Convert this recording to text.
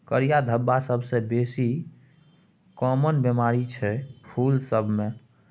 करिया धब्बा सबसँ बेसी काँमन बेमारी छै फुल सब मे